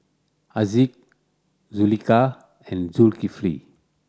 Haziq Zulaikha and Zulkifli